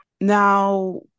Now